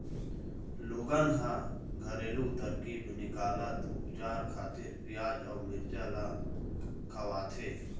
लोगन ह घरेलू तरकीब निकालत उपचार खातिर पियाज अउ मिरचा ल खवाथे